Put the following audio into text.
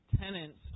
Tenants